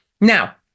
Now